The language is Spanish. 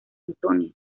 antonio